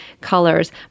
colors